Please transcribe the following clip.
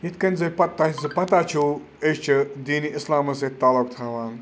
یِتھ کٔنۍ زِ پتہ زٕ پَتہ چھو أسۍ چھِ دینِ اِسلامَس سۭتۍ تعلق تھاوان